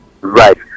right